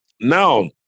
now